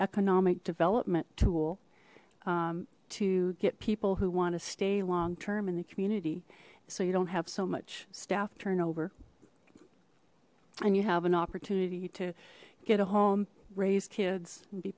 economic development tool to get people who want to stay long term in the community so you don't have so much staff turnover and you have an opportunity to get a home raise kids